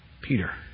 Peter